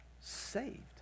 saved